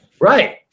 Right